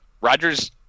Rodgers